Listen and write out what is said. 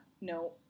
No